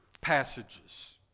passages